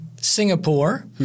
Singapore